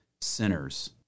sinners